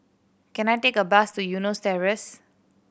can I take a bus to Eunos Terrace